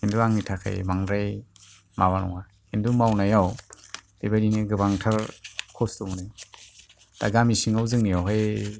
खिन्तु आंनि थाखाय बांद्राय माबा नङा खिन्तु मावनायाव बेबायदिनो गोबांथार खस्थ' मोनो दा गामि सिङाव जोंनियावहाय